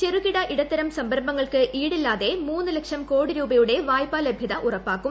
ചെറുകിട ഇടത്തരം സംരംഭങ്ങൾക്ക് ഈടില്ലാതെ മൂന്നു ലക്ഷം കോടി രൂപയുടെ വായ്പലഭൃത ഉറപ്പാക്കും